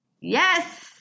Yes